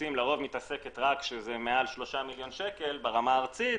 מסים רק כשזה מעל 3 מיליון שקל ברמה הארצית,